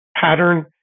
pattern